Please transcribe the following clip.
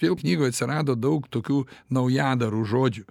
kodėl knygoj atsirado daug tokių naujadarų žodžių